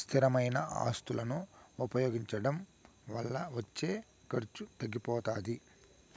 స్థిరమైన ఆస్తులను ఉపయోగించడం వల్ల వచ్చే ఖర్చు తగ్గిపోతాది